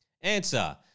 Answer